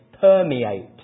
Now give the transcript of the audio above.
permeate